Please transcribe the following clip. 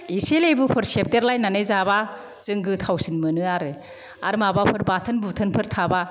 एसे लेबुफोर सेबदेर लायनानै जाबा जों गोथावसिन मोनो आरो आरो माबाफोर बाथोन बुथोन फोर थाबा